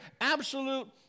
absolute